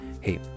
Hey